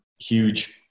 huge